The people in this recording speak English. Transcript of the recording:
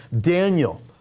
Daniel